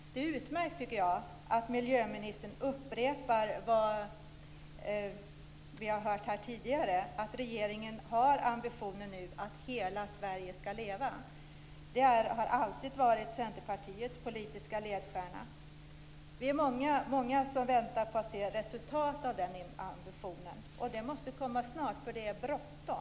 Jag tycker att det är utmärkt att miljöministern upprepar det vi har hört här tidigare, nämligen att regeringen nu har ambitionen att hela Sverige skall leva. Det har alltid varit Centerpartiets politiska ledstjärna. Vi är många som väntar på att få se resultatet av den ambitionen. Det måste komma snart. Det är bråttom.